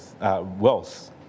wealth